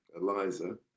Eliza